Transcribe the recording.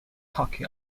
hockey